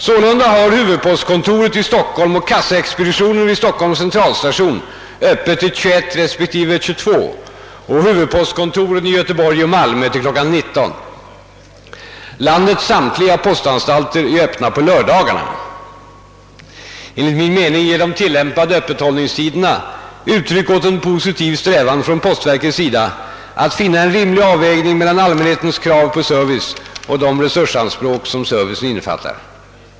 Sålunda har huvudpostkontoret i Stockholm och kassaexpeditionen vid Stockholms centralstation. öppet till kl. 21.00 resp. kl. 22.00 och huvudpostkontoren i Göteborg och Malmö till kl. 19.00. Landets samtliga postanstalter är öppna på lördagarna. Enligt min mening ger de tillämpade öppethållningstiderna uttryck åt en positiv strävan från postverkets sida att finna en rimlig avvägning mellan allmänhetens krav på service och de resursanspråk som servicen innefattar.